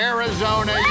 Arizona